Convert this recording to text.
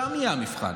שם יהיה המבחן.